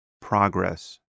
progress